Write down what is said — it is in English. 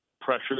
pressure